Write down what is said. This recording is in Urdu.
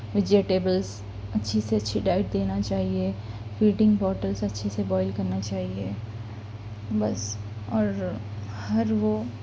وجیٹیبلس اچھی سے اچھی ڈائٹ دینا چاہیے فیڈنگ بوٹلس اچھے سے بوئل کرنا چاہیے بس اور ہر وہ